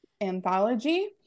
anthology